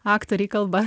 aktoriai kalba